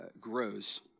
grows